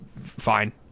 fine